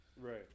right